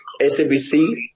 SABC